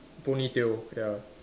ponytail ya